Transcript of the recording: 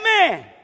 Amen